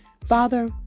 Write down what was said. Father